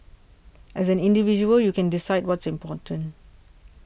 as an individual you can decide what's important